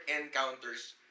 encounters